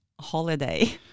holiday